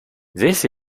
this